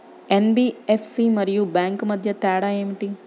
NBFC మరియు bank మధ్య తేడా ఏమిటి?